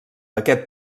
aquest